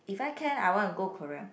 if I can I want to go Korea